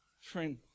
Friend